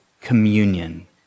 communion